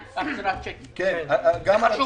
דיברנו